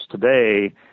today